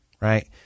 right